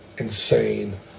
insane